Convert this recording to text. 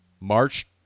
March